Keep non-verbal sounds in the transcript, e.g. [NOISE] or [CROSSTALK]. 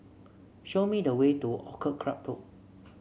show me the way to Orchid Club [UNINTELLIGIBLE]